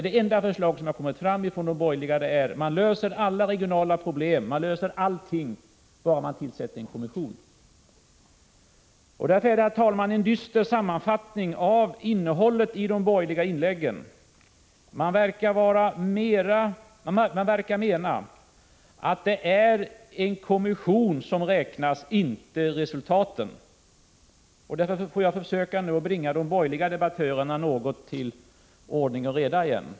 Det enda förslag som de borgerliga har är att man löser alla regionala problem, ja alla problem, bara man tillsätter denna kommission. Herr talman! Det blir därför en dyster sammanfattning av innehållet i de borgerliga inläggen. Man verkar mena att det är en kommission som räknas, inte resultaten. Därför skall jag nu försöka bringa de borgerliga debattörerna något till ordning och reda igen.